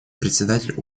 председатель